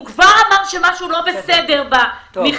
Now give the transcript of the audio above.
הוא כבר אמר שמשהו לא בסדר במכרז.